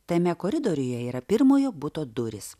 tame koridoriuje yra pirmojo buto durys